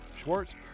Schwartz